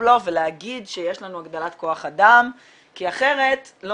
ישראבלוף ולהגיד שיש לנו הגדלת כוח אדם כי אחרת לא